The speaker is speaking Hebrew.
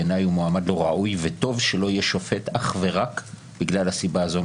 בעיניי הוא מועמד לא ראוי וטוב שלא יהיה שופט אך ורק בגלל הסיבה הזאת.